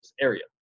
area